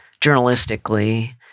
journalistically